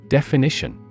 Definition